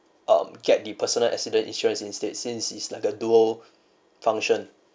um get the personal accident insurance instead since it's like a duo function